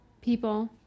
People